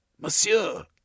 Monsieur